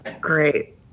Great